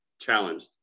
challenged